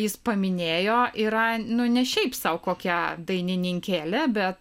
jis paminėjo yra nu ne šiaip sau kokia dainininkėlė bet